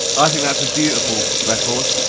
i think that's a beautiful, record,